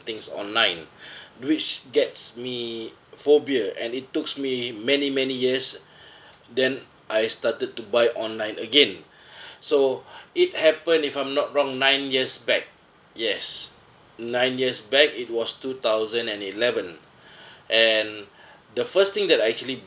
things online which gets me phobia and it tooks me many many years then I started to buy online again so it happened if I'm not wrong nine years back yes nine years back it was two thousand and eleven and the first thing that I actually